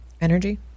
Energy